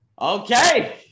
Okay